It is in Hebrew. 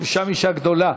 אישה גדולה.